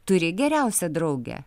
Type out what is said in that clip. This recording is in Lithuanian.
turi geriausią draugę